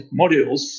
modules